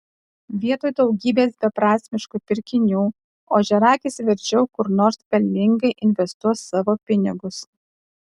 vietoj daugybės beprasmiškų pirkinių ožiaragis verčiau kur nors pelningai investuos savo pinigus